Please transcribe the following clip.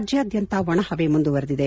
ರಾಜ್ಯಾದ್ಯಂತ ಒಣ ಹವೆ ಮುಂದುವರಿದಿದೆ